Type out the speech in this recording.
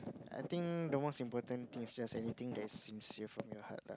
I think the most important thing is just anything sincere from your heart lah